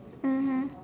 mmhmm